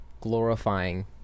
glorifying